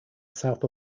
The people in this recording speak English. south